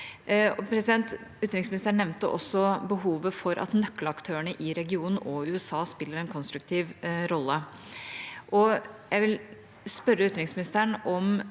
Utenriksministeren nevnte også behovet for at nøkkelaktørene i regionen og USA spiller en konstruktiv rolle. Jeg vil spørre utenriksministeren om